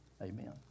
Amen